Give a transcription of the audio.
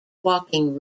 walking